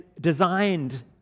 designed